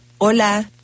Hola